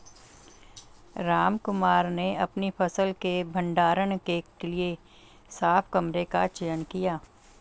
रामकुमार ने अपनी फसल के भंडारण के लिए साफ कमरे का चयन किया